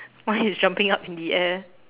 one is jumping up in the air